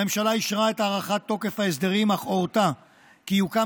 הממשלה אישרה את הארכת תוקף ההסדרים אך הורתה כי יוקם